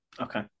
Okay